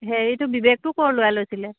হেৰিটো বিবেকটো ক'ৰ ল'ৰাই লৈছিলে